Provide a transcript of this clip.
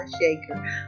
shaker